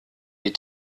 die